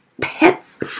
pets